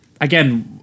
again